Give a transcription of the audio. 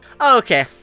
Okay